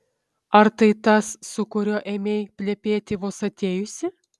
ar tai tas su kuriuo ėmei plepėti vos atėjusi